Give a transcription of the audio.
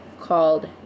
called